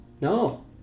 no